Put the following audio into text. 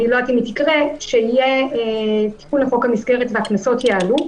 איני יודעת אם היא תקרה שיהיה תיקון לחוק המסגרת והקנסות יעלו,